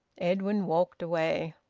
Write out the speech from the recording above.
edwin walked away.